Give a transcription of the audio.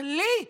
מחליא בטוויטר: